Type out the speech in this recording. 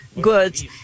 goods